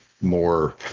more